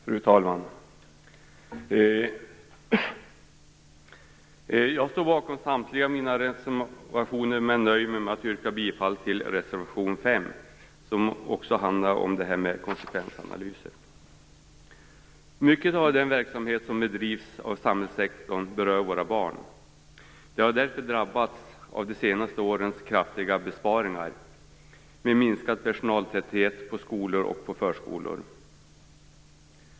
Fru talman! Jag står bakom samtliga mina reservationer, men nöjer mig med att yrka bifall till reservation 5 som också handlar om konsekvensanalyser. Mycket av den verksamhet som bedrivs av samhällssektorn berör våra barn. De har därför drabbats av de senaste årens kraftiga besparingar med minskad personaltäthet på skolor och förskolor.